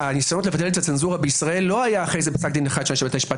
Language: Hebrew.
שהניסיונות לבטל את הצנזורה בישראל לא היו אחרי פסק דין אחד של בית המשפט